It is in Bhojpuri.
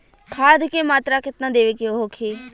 खाध के मात्रा केतना देवे के होखे?